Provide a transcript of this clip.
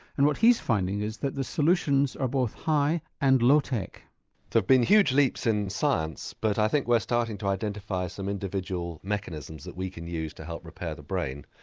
and what he's finding is that the solutions are both high and low tech. there have been huge leaps in science but i think we're starting to identify some individual mechanisms that we can use to help repair the brain.